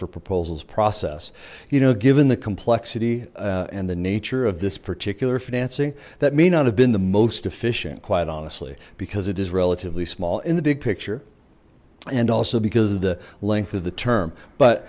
for proposals process you know given the complexity and the nature of this particular financing that may not have been the most efficient quite honestly because it is relatively small in the big picture and also because of the length of the term but